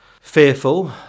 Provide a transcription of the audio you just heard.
fearful